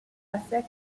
asexually